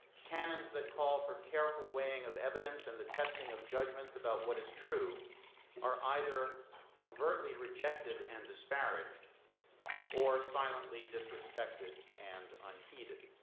canons that call for careful weighing of evidence and the testing of judgments about what is true are either overtly rejected and disparate or silently disrespected and unheeded.